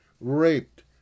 raped